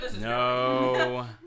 No